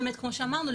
כמו שאמרנו,